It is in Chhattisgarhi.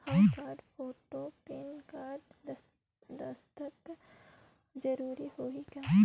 हव कारड, फोटो, पेन कारड, दस्खत जरूरी होही का?